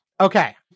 Okay